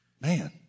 Man